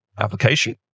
application